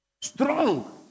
Strong